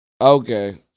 Okay